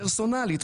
פרסונלית,